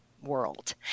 world